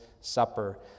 supper